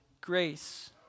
grace